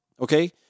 Okay